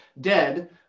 dead